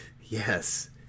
Yes